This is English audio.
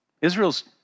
Israel's